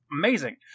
amazing